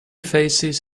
faces